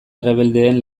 errebeldeen